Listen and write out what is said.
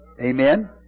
Amen